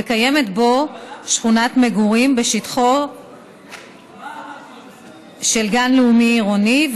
וקיימת שכונת מגורים בשטחו של גן לאומי עירוני,